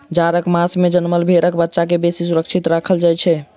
जाड़क मास मे जनमल भेंड़क बच्चा के बेसी सुरक्षित राखय पड़ैत छै